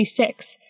1966